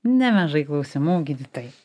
nemažai klausimų gydytojai